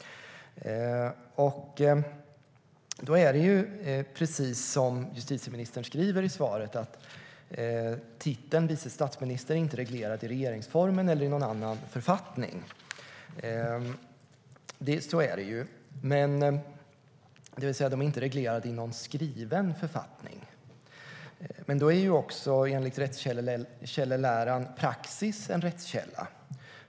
Det är precis som justitieministern säger i svaret. Titeln "vice statsminister" är inte reglerad i regeringsformen eller i någon annan författning, det vill säga den är inte reglerad i någon skriven författning. Då är också, enligt rättskälleläran, praxis en rättskälla.